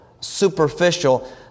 superficial